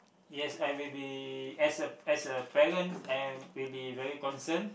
yes I will be as a as a parent I will be very concern